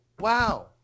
wow